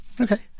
Okay